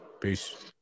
peace